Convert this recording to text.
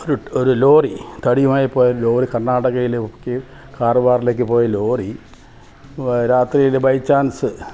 ഒരു ഒരു ലോറി തടിയുമായിപ്പോയ ലോറി കർണാടകയിലുമൊക്കെ കാര്വാറിലേക്ക് പോയ ലോറി വ രാത്രിയില് ബൈ ചാൻസ്